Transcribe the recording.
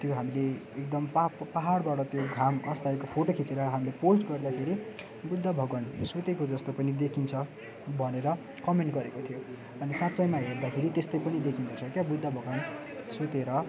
त्यो हामीले एकदम पाप पाहाडबाट त्यो घाम अस्ताएको फोटो खिचेर हामीले पोस्ट गर्दाखेरि बुद्ध भगवान सुतेको जस्तो पनि देखिन्छ भनेर कमेन्ट गरेको थियो अनि साँच्चैमा हेर्दाखेरि त्यस्तै पनि देखिन्छ क्या बुद्ध भगवान सुतेर